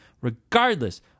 regardless